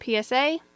PSA